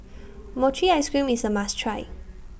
Mochi Ice Cream IS A must Try